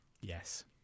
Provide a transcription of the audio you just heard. Yes